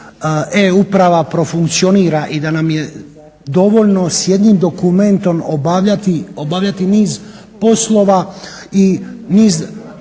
e-uprava profunkcionira i da nam je dovoljno s jednim dokumentom obavljati niz poslova i